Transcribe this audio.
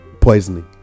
poisoning